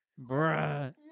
Bruh